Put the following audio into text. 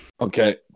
Okay